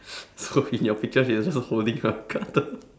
so in your picture she iss also holding a cutter